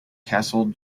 castle